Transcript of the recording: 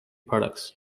products